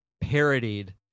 parodied